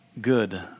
good